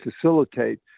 facilitate